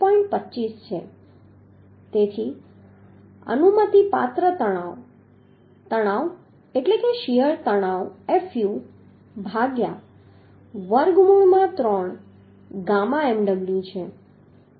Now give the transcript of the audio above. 25 છે તેથી અનુમતિપાત્ર તણાવ તણાવ એટલે કે શીયર તણાવ fu ભાગ્યા વર્ગમૂળ માં 3 ગામા mw છે